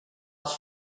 els